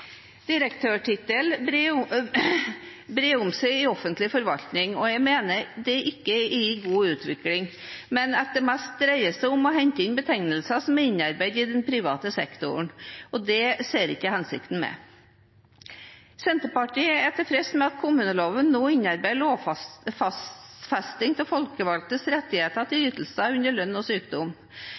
Direktørtittelen brer seg i offentlig forvaltning. Jeg mener det ikke er en god utvikling, men at det mest dreier seg om å hente inn betegnelser som er innarbeidet i den private sektoren, og det ser jeg ikke hensikten med. Senterpartiet er tilfreds med at det i kommuneloven nå innarbeides lovfesting av folkevalgtes rettigheter til ytelser under lønn og sykdom.